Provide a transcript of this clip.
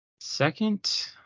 second